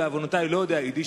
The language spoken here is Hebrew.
בעוונותי אני לא יודע יידיש,